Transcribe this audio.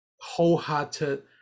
wholehearted